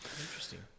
interesting